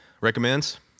recommends